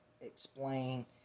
explain